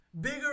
Bigger